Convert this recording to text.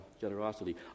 generosity